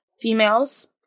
females